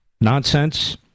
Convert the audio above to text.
nonsense